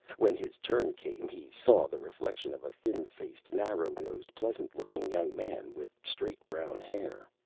when his turn came, he saw the reflection of a thin-faced, narrow-nosed, pleasant-looking young man with straight brown hair.